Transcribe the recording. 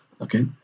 okay